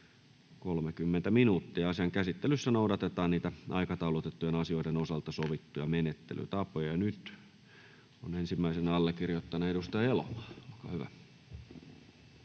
30 minuuttia. Asian käsittelyssä noudatetaan niitä aikataulutettujen asioiden osalta sovittuja menettelytapoja. — Nyt on ensimmäisenä allekirjoittajana edustaja Elomaa. Olkaa hyvä.